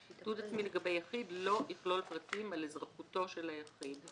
תיעוד עצמי לגבי יחידי לא יכלול פרטים על אזרחותו של היחיד.